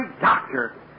doctor